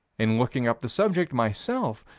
in looking up the subject, myself,